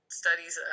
studies